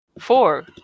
four